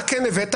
מה כן הבאת?